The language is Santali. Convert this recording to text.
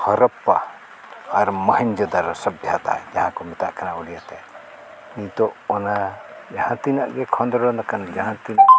ᱦᱚᱨᱚᱯᱯᱟ ᱟᱨ ᱢᱚᱦᱲᱮᱧᱡᱳᱫᱟᱲᱳ ᱥᱚᱵᱽᱵᱷᱚᱛᱟ ᱡᱟᱦᱟᱸ ᱠᱚ ᱢᱮᱛᱟᱜ ᱠᱟᱱᱟ ᱩᱲᱤᱭᱟᱹᱛᱮ ᱱᱤᱛᱳᱜ ᱚᱱᱟ ᱡᱟᱦᱟᱸ ᱛᱤᱱᱟᱹᱜ ᱜᱮ ᱠᱷᱚᱸᱫᱽᱨᱚᱱ ᱟᱠᱟᱱ ᱡᱟᱦᱟᱸ ᱛᱤᱱᱟᱹᱜ